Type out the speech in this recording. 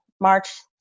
March